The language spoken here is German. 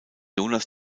jonas